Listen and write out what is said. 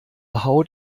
haut